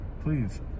Please